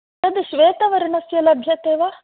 तत् श्वेतवर्णस्य लभ्यते वा